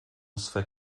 swe